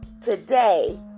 today